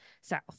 south